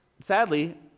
sadly